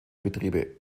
betriebe